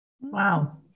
Wow